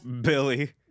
Billy